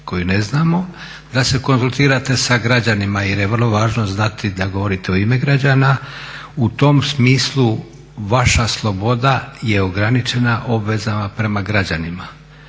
koju ne znamo, da se konzultiramo sa građanima jer je vrlo važno znati da govorite u ime građana. U tom smislu vaša sloboda je ograničena obvezama prema građanima